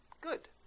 good